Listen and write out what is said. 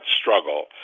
struggle